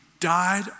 died